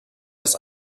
das